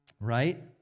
right